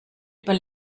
über